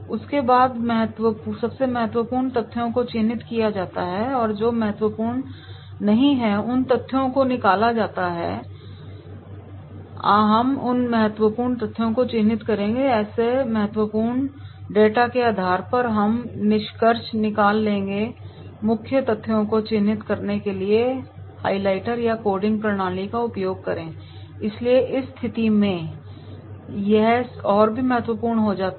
उसके बाद सबसे महत्वपूर्ण तथ्यों को चिन्हित किया जाता है और जो महत्वपूर्ण नहीं है उन तथ्यों को निकाला जाता है हम इन महत्वपूर्ण तथ्यों को चिन्हित करेंगे ऐसे महत्वपूर्ण डेटा के आधार पर हम निष्कर्ष निकाल लेंगे मुख्य तथ्यों को चिन्हित करने के लिए हाइलाइटर या कोडिंग प्रणाली का उपयोग करें इसलिए इस स्थिति में यह और भी बहुत महत्वपूर्ण हो जाता है